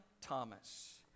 Thomas